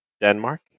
Denmark